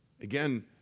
Again